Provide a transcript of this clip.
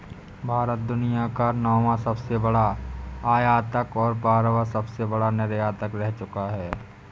भारत दुनिया का नौवां सबसे बड़ा आयातक और बारहवां सबसे बड़ा निर्यातक रह चूका है